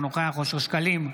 אינו נוכח אושר שקלים,